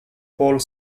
paul